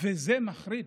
זה מחריד.